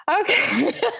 Okay